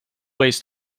ways